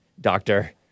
Doctor